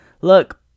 look